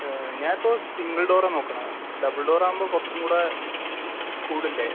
ഞാൻ ഇപ്പോൾ സിംഗിൾ ഡോറാണ് നോക്കണത് ഡബിൾ ഡോർ ആവുമ്പോൾ കുറച്ചും കൂടെ കൂടില്ലേ